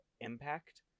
impact